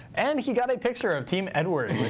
and he got a picture of team edward.